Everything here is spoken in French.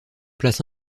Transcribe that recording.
place